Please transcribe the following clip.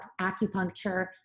acupuncture